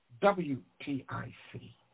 W-T-I-C